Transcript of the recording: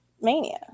Mania